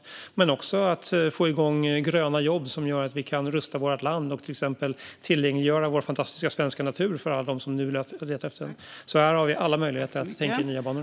Men det handlar också om att få igång gröna jobb som gör att vi kan rusta vårt land och till exempel tillgängliggöra vår fantastiska svenska natur för alla dem som nu längtar efter den. Här har vi alla möjligheter att tänka i nya banor.